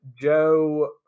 Joe